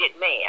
man